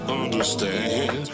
understand